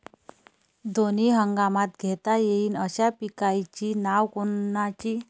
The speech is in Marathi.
दोनी हंगामात घेता येईन अशा पिकाइची नावं कोनची?